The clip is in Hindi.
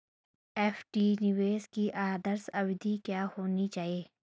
एफ.डी निवेश की आदर्श अवधि क्या होनी चाहिए?